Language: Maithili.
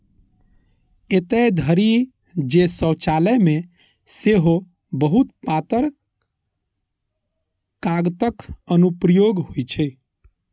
एतय धरि जे शौचालय मे सेहो बहुत पातर कागतक अनुप्रयोग होइ छै